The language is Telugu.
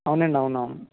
అవునండి అవునవును